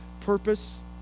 purpose